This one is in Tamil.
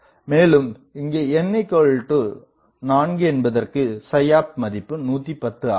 மேலும் இங்கே n4 என்பதற்கு opt மதிப்பு 110 ஆகும்